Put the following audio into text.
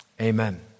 amen